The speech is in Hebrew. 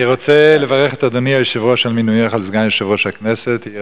אני רוצה לברך את אדוני היושב-ראש על מינויך לסגן יושב-ראש הכנסת.